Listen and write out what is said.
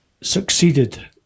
succeeded